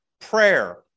prayer